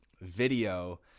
video